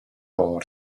too